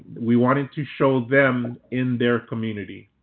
we wanted to show them in their community.